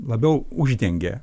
labiau uždengė